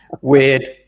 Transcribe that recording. Weird